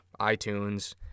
iTunes